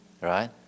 Right